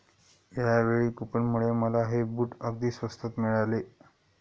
यावेळी कूपनमुळे मला हे बूट अगदी स्वस्तात मिळाले